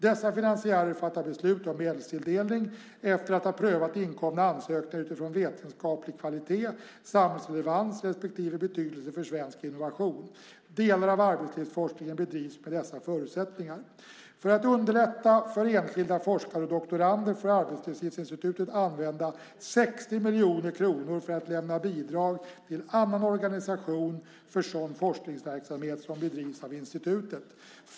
Dessa finansiärer fattar beslut om medelstilldelning efter att ha prövat inkomna ansökningar utifrån vetenskaplig kvalitet, samhällsrelevans respektive betydelse för svensk innovation. Delar av arbetslivsforskningen bedrivs med dessa förutsättningar. För att underlätta för enskilda forskare och doktorander får Arbetslivsinstitutet använda 60 miljoner kronor för att lämna bidrag till annan organisation för sådan forskningsverksamhet som bedrivs av institutet.